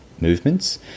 movements